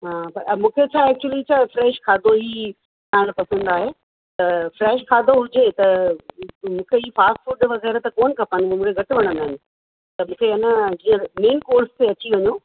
हा त मूंखे छा एक्चुली छा फ़्रैश खाधो ई खाइण पसंदि आहे त फ़्रैश खाधो हुजे त मूंखे हीअ फ़ास्ट फूड वगै़रह त कोन्ह खपनि मूंखे घटि वणंदा आहिनि त मूंखे ए न जे मेन कोर्स ते अची वञो